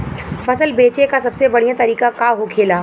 फसल बेचे का सबसे बढ़ियां तरीका का होखेला?